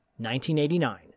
1989